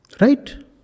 Right